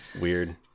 Weird